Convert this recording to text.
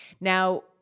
Now